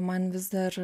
man vis dar